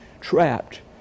trapped